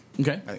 Okay